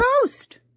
Post